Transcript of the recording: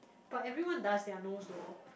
but everyone does their nose though